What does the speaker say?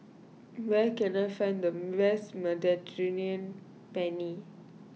where can I find the best Mediterranean Penne